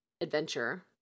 adventure